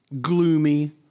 gloomy